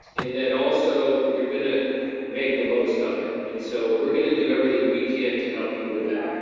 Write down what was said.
and that also you're gonna make the most of it. and so we're gonna do everything we can to help you with that.